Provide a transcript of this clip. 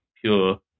pure